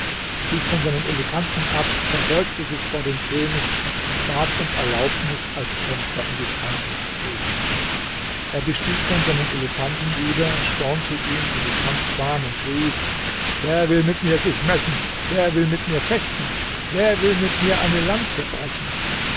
stieg von seinem elefanten ab verbeugte sich vor dem könig und bat um erlaubnis als kämpfer in die schranken zu treten er bestieg dann seinen elefanten wieder spornte ihn in die kampfbahn und schrie wer will mit mir sich messen wer will mit mir fechten wer will mit mir eine lanze brechen